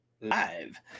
live